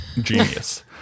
genius